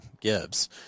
Gibbs